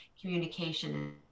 communication